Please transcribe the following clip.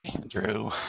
Andrew